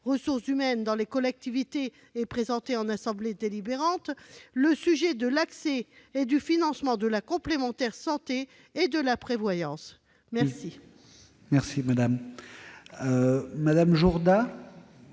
ressources humaines dans les collectivités et qui sera présenté en assemblée délibérante, le sujet de l'accès et du financement de la complémentaire santé et de la prévoyance. La parole est à Mme Corinne